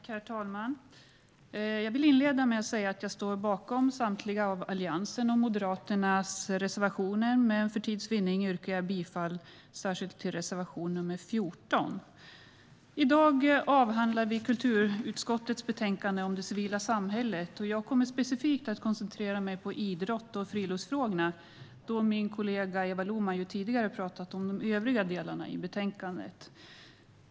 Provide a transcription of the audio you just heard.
Herr talman! Jag vill inleda med att säga att jag står bakom samtliga av Alliansens och Moderaternas reservationer, men för tids vinnande yrkar jag bifall särskilt till reservation 14. I dag avhandlar vi kulturutskottets betänkande om det civila samhället. Jag kommer att koncentrera mig specifikt på idrotts och friluftsfrågorna, då min kollega Eva Lohman ju tidigare talat om de övriga delarna av betänkandet.